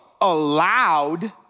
allowed